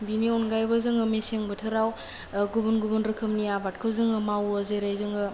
बिनि आनगायैबो जोङो मेसें बोथोराव गुबुन गुबुन रोखोमनि आबादखौ जोङो मावो जेरै जोङो